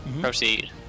Proceed